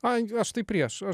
ai aš tai prieš aš